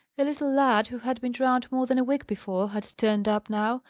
a little lad, who had been drowned more than a week before, had turned up now.